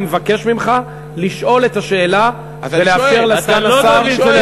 אני מבקש ממך לשאול את השאלה ולאפשר לסגן השר,